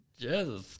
Jesus